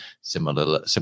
similar